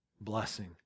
blessing